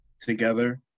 together